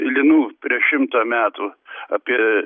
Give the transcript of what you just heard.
linų prieš šimtą metų apie